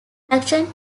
actions